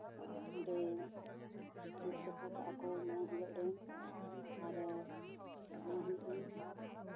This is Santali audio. ᱚᱸᱰᱮ ᱡᱚᱜ ᱥᱟᱯᱷᱟ ᱠᱟᱜᱼᱟ ᱠᱚ ᱢᱟᱲᱟᱝ ᱦᱤᱞᱳᱜ ᱨᱮ ᱟᱨ ᱚᱱᱟ ᱦᱤᱞᱳᱜ ᱜᱮ